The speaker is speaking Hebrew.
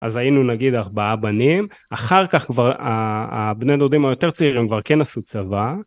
אז היינו נגיד ארבעה בנים, אחר כך כבר הבני הדודים היותר צעירים כבר כן עשו צבא